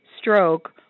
stroke